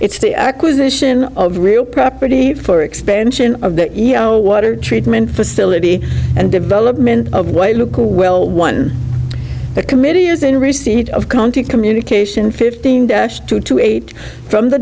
it's the acquisition of real property for expansion of the e o water treatment facility and development of white local well one the committee is in receipt of county communication fifteen dash two two eight from the